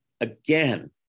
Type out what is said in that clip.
again